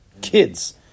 kids